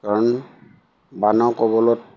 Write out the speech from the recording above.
কাৰণ বানৰ কৱলত